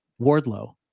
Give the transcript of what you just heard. Wardlow